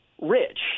rich